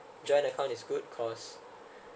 joint account is good cause